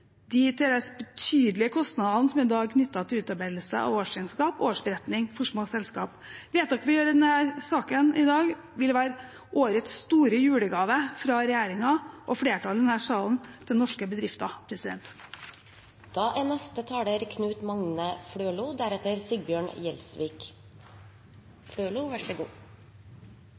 de til dels betydelige kostnadene som i dag er knyttet til utarbeidelse av årsregnskap og årsberetning for små selskaper. Vedtakene vi gjør i denne saken i dag, vil være årets store julegave fra regjeringen og flertallet i denne salen til norske bedrifter.